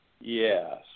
Yes